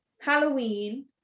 Halloween